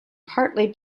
partly